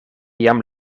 jam